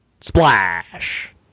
Splash